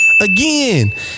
Again